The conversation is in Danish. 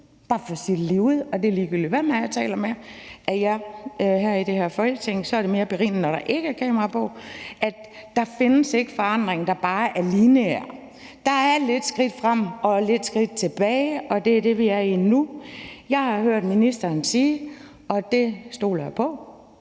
og der findes ikke forandring, der bare er lineær. Der er et par skridt frem og et par skridt tilbage, og det er det, vi er i nu. Jeg har hørt ministeren sige, og det stoler jeg på,